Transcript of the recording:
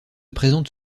présente